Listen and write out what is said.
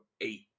eight